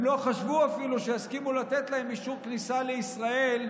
הם לא חשבו אפילו שיסכימו לתת להם אישור כניסה לישראל,